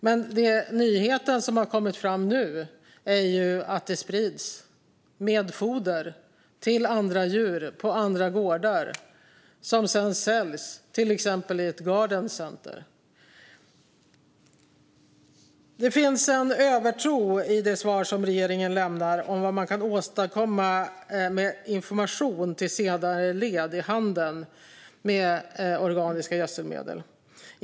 Men nyheten som nu har kommit fram är ju att det sprids med foder till andra djur på andra gårdar vars gödsel sedan säljs i till exempel ett garden center. Det finns en övertro i det svar som regeringen lämnar på vad man kan åstadkomma med information till senare led i handeln med organiska gödselmedel.